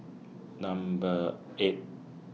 Number eight